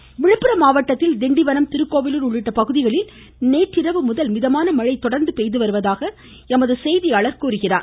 மழை மாவட்டங்கள் விழுப்புரம் மாவட்டத்தில் திண்டிவனம் திருக்கோவிலூர் உள்ளிட்ட பகுதிகளில் நேற்றிரவு முதல் மிதமான மழை தொடர்ந்து பெய்துவருவதாக எமது செய்தியாளர் தெரிவிக்கிறார்